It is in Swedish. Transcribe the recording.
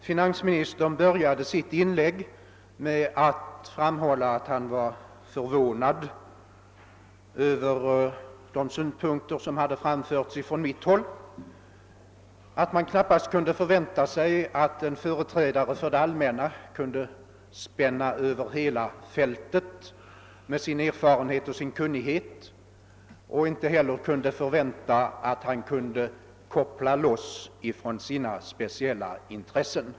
Finansministern började sitt anförande med att framhålla att han var förvånad över de synpunkter jag anförde, men att man knappast kunde vänta sig att en företrädare för det allmänna kunde spänna över hela fältet med sin erfarenhet och kunnighet samt att man inte heller kunde förvänta att en sådan företrädare skulle kunna koppla loss från sina speciella intressen.